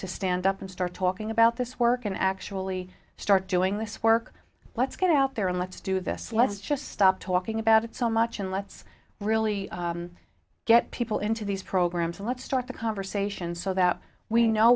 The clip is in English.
to stand up and start talking about this work and actually start doing this work let's get out there and let's do this let's just stop talking about it so much and let's really get people into these programs and let's start the conversation so that we know